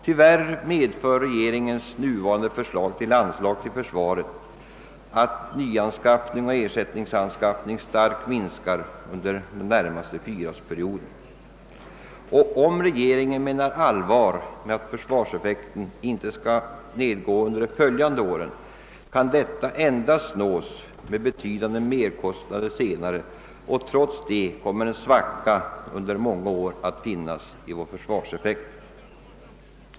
Tyvärr medför regeringens förslag att nyanskaffning och ersättningsanskaffning inom försvaret starkt minskar under den närmaste fyraårsperioden. Om regeringen menar allvar med att försvarseffekten inte skall nedgå under de följande åren måste man inse att denna målsättning kan nås endast till betydande merkostnader och att det trots detta under många år kommer att finnas en »svacka» i vår försvarseffekt.